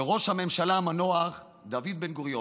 ושל ראש הממשלה המנוח דוד בן-גוריון.